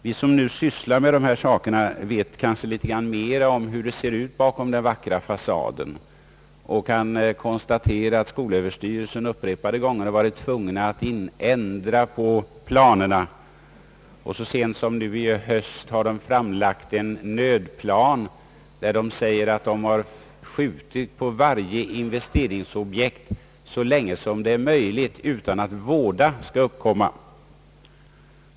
Vi som nu sysslar med dessa saker vet kanske mera om hur det ser ut bakom den vackra fasaden och kan konstatera att skolöverstyrelsen upprepade gånger varit tvungen att ändra planerna. Så sent som i höstas har styrelsen framlagt en nödplan, där det sägs att man skjutit på varje investeringsobjekt så länge som det är möjligt utan att våda skall uppkomma.